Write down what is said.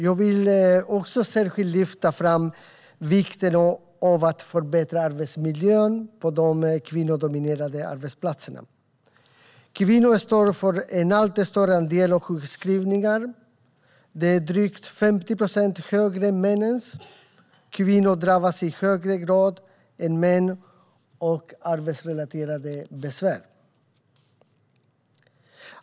Jag vill särskilt lyfta fram vikten av att förbättra arbetsmiljön på de kvinnodominerade arbetsplatserna. Kvinnor står för en allt större andel av sjukskrivningarna. Den är drygt 50 procent större än männens. Kvinnor drabbas i högre grad än män av arbetsrelaterade besvär.